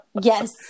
Yes